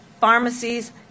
pharmacies